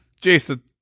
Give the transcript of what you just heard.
Jason